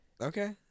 Okay